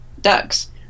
ducks